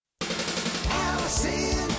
Allison